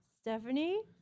Stephanie